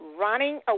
Running